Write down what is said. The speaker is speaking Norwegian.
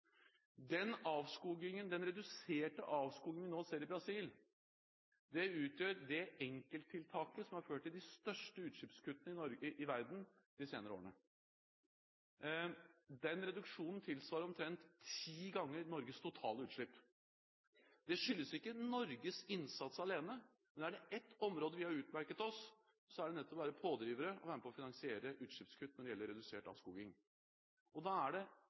Den reduserte avskogingen som vi nå ser i Brasil, utgjør det enkelttiltaket som har ført til de største utslippskuttene i verden de senere årene. Den reduksjonen tilsvarer omtrent ti ganger Norges totale utslipp. Det skyldes ikke Norges innsats alene, men er det ett område vi har utmerket oss på, er det nettopp å være pådrivere og være med på å finansiere utslippskutt når det gjelder redusert avskoging. Og da er det